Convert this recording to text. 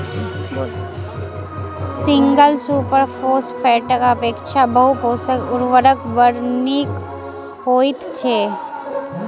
single super फौसफेटक अपेक्षा बहु पोषक उर्वरक बड़ नीक होइत छै